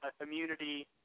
immunity